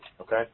Okay